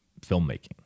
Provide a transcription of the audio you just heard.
filmmaking